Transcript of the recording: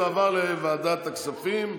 זה הועבר לוועדת הכספים.